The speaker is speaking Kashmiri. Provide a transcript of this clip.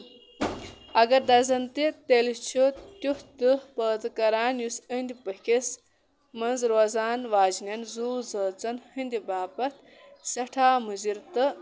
اَگر دَزن تہِ تیٚلہِ چھُ تیُتھ دُہ پٲدٕ کران یُس أنٛدۍ پٔکِس منٛز روزان واجنٮ۪ن زُو زٲژَن ۂنٛدِ باپَتھ سٮ۪ٹھاہ مضِر تہٕ